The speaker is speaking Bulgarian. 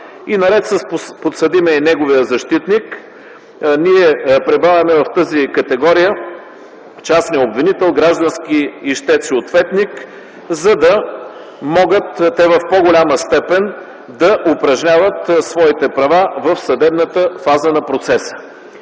и наред с подсъдимия и неговия защитник, ние прибавяме в тази категория частния обвинител – граждански ищец и ответник, за да могат те в по-голяма степен да упражняват своите права в съдебната фаза на процеса.